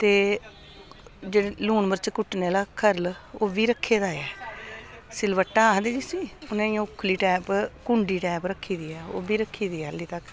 ते जेह्ड़े लून मर्च कुट्टने आह्ला खरल ओह् बी रक्खे दा ऐ सिल बट्टा आखदे जिसी उ'नेंगी उखली टैप कुंडी टैप रक्खी दी ऐ ओह् बी रक्खी दी ऐ हल्ली तक